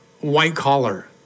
white-collar